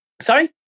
Sorry